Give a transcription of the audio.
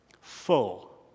full